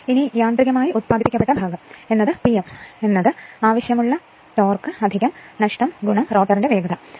ഇനി യാന്ത്രികമായ ഉല്പാദിപ്പിക്കപ്പെട്ട ശക്തി P m ആവശ്യമുള്ള ഭ്രമണം നഷ്ടം റോട്ടോറിന്റെ വേഗത mechanical part developedP museful torque losses rotor speed